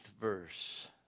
verse